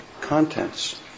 contents